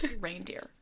reindeer